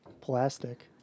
plastic